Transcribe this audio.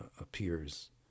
appears